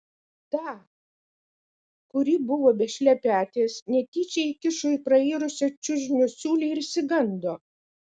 tą kuri buvo be šlepetės netyčia įkišo į prairusią čiužinio siūlę ir išsigando